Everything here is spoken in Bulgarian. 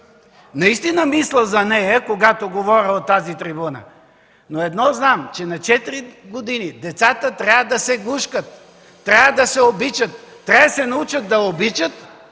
Наистина мисля за нея, когато говоря от тази трибуна. Едно знам: децата на 4 години трябва да се гушкат, трябва да се обичат, трябва да се научат да обичат